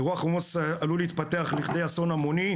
אירוע חומ"ס עלול להתפתח לכדי אסון המוני,